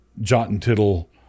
Jot-and-tittle